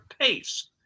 pace